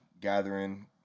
gathering